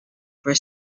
for